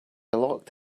locked